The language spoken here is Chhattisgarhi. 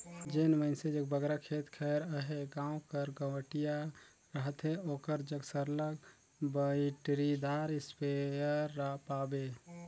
जेन मइनसे जग बगरा खेत खाएर अहे गाँव कर गंवटिया रहथे ओकर जग सरलग बइटरीदार इस्पेयर पाबे